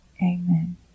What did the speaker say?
Amen